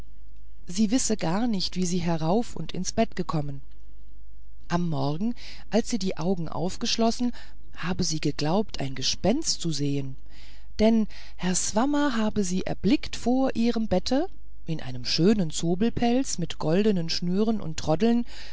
sie wisse gar nicht wie sie herauf und ins bett gekommen am morgen als sie die augen aufgeschlossen habe sie geglaubt ein gespenst zu sehen denn herrn swammer habe sie erblickt vor ihrem bette in einem schönen zobelpelz mit goldnen schnüren und troddeln